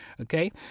Okay